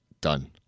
Done